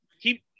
Keep